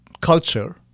culture